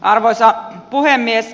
arvoisa puhemies